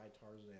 Tarzan